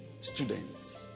students